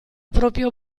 proprio